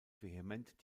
vehement